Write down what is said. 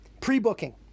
pre-booking